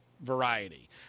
variety